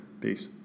Peace